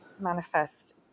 Manifest